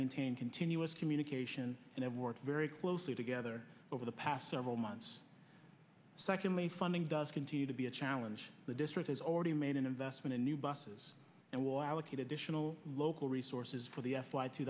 maintained continuous communication and have worked very closely together over the past several months secondly funding does continue to be a challenge the district has already made an investment in new buses and will allocate additional local resources for the f